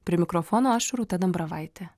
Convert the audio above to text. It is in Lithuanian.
prie mikrofono aš rūta dambravaitė